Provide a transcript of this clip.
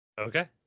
Okay